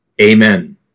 Amen